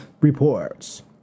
reports